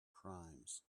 crimes